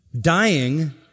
dying